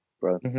bro